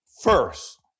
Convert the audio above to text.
first